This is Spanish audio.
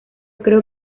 creo